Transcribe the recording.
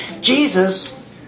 Jesus